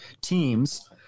teams